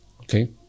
Okay